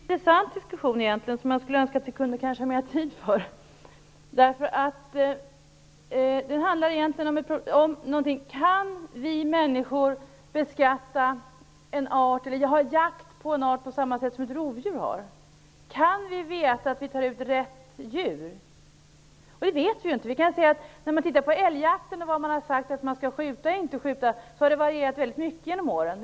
Fru talman! Det här är en intressant diskussion, som jag skulle önska att vi kunde ha mera tid för. Det handlar egentligen om huruvida vi människor kan bedriva jakt på en art på samma sätt som ett rovdjur gör. Kan vi veta att vi tar ut rätt djur? Det vet vi inte. När det gäller älgjakten har anvisningarna om vad som skall skjutas och inte skjutas varierat väldigt mycket genom åren.